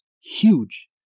huge